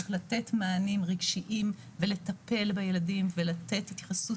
צריך לתת מענים רגשיים ולטפל בילדים ולתת התייחסות